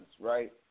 right